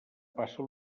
passa